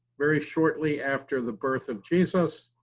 very shortly after the birth of jesus,